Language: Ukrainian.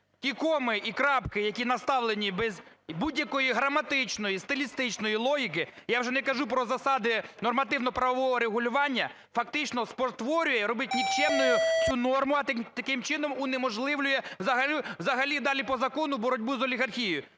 Ті коми і крапки, які наставлені без будь-якої граматичної, стилістичної логіки, я вже не кажу про засади нормативно-правового регулювання, фактично спотворює, робить нікчемною цю норму, а таким чином унеможливлює взагалі далі по закону боротьбу з олігархією.